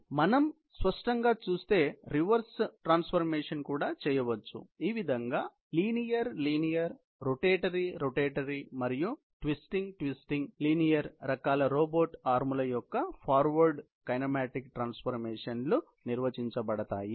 కాబట్టి స్పష్టంగా మనం చూస్తే రివర్స్ చేయవచ్చు కాబట్టి ఈవిధంగా మూడు లీనియర్ లీనియర్ రోటేటర్ రొటేటరీ మరియు ట్విస్టింగ్ లీనియర్ రకాల రోబోట్ ఆర్మ్ లు యొక్క ఫార్వర్డ్ కైనమాటిక్ ట్రాన్స్ఫర్మేషన్లు నిర్వచించబడ్డాయి